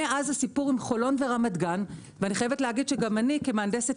מאז הסיפור עם חולון ורמת גן גם אני כמהנדסת